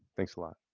thanks a lot.